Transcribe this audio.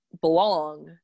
belong